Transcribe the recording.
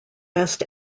best